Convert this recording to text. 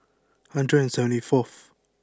hundred and seventy fourth